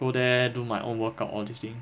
go there do my own work out all these thing